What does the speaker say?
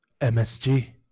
MSG